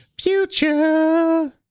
Future